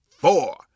four